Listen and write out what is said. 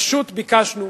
פשוט ביקשנו